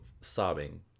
sobbing